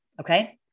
Okay